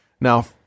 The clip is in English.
Now